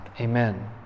amen